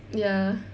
ya